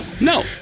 No